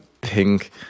pink